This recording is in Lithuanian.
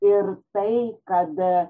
ir tai kad